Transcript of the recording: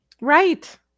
right